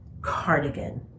cardigan